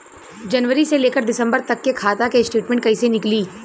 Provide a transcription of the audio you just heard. जनवरी से लेकर दिसंबर तक के खाता के स्टेटमेंट कइसे निकलि?